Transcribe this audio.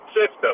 system